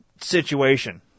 situation